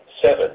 Seven